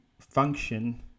function